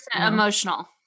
emotional